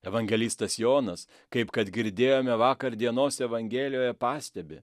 evangelistas jonas kaip kad girdėjome vakar dienos evangelijoje pastebi